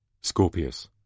Scorpius